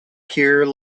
pure